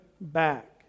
back